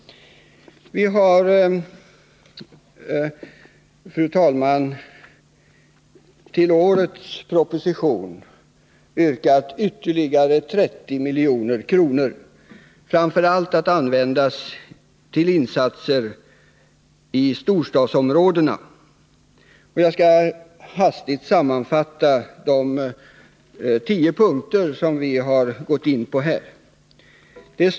Vi har, fru talman, i förhållande till årets proposition yrkat på ytterligare 30 milj.kr. Dessa pengar skall framför allt användas till insatser i storstadsområdena. Jag skall hastigt sammanfatta de tio punkter som vi har tagit upp i vår motion. 1.